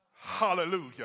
Hallelujah